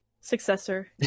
successor